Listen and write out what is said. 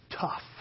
tough